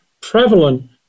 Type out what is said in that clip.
prevalent